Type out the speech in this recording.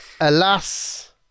alas